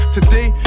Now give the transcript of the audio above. Today